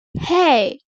hey